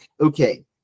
okay